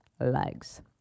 legs